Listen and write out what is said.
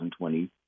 2020